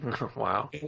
Wow